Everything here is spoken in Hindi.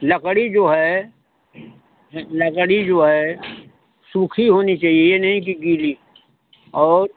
लकड़ी जो है लकड़ी जो है सुखी होनी चाहिए ये नहीं की गीली और